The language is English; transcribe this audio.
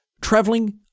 traveling